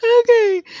okay